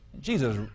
Jesus